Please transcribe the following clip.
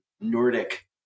Nordic